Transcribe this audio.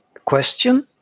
question